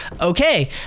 okay